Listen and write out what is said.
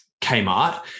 Kmart